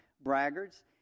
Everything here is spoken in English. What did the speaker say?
braggarts